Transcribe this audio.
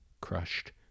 crushed